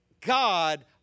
God